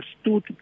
stood